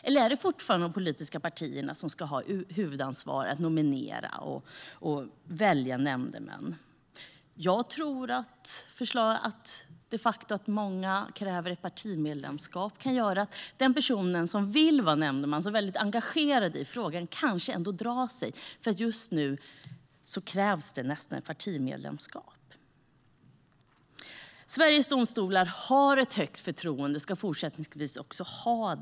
Eller är det fortfarande de politiska partierna som ska ha ett huvudansvar för att nominera och välja nämndemän? Jag tror att detta med partimedlemskap kan göra att den som vill vara nämndeman och är engagerad kanske drar sig för att söka. Just nu krävs det ju nästan ett partimedlemskap. Sveriges domstolar åtnjuter ett högt förtroende, och det ska de också fortsättningsvis ha.